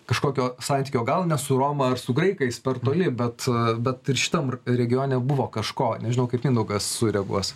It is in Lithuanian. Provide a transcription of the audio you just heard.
kažkokio santykio gal ne su roma ar su graikais per toli bet bet ir šitam r regione buvo kažko nežinau kaip mindaugas sureaguos